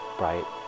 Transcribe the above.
bright